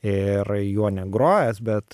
ir juo negrojęs bet